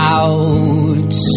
out